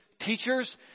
teachers